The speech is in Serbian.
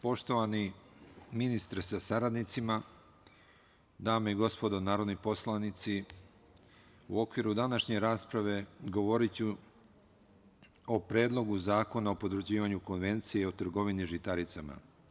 Poštovani ministre sa saradnicima, dame i gospodo narodni poslanici, u okviru današnje rasprave govoriću o Predlogu zakona o potvrđivanju Konvencije i o trgovini žitaricama.